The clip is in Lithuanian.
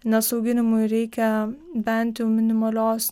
nes auginimui reikia bent jau minimalios